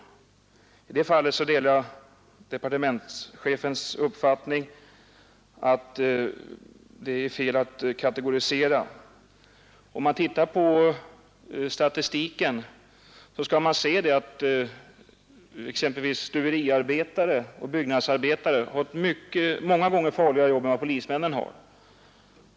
I det fallet delar jag departementschefens uppfattning att det är fel att kategorisera. Om man tittar på statistiken skall man se att exempelvis stuveriarbetare och byggnadsarbetare har ett många gånger farligare jobb än vad polismännen har.